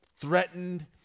threatened